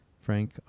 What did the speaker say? Frank